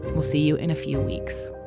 we'll see you in a few weeks